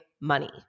money